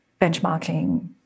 benchmarking